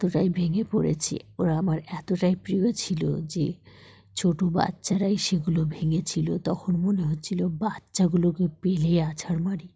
এতটাই ভেঙে পড়েছি ওরা আমার এতটাই প্রিয় ছিল যে ছোটো বাচ্চারাই সেগুলো ভেঙেছিলো তখন মনে হচ্ছিলো বাচ্চাগুলোকে পেলে আছাড় মারি